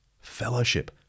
fellowship